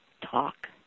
talk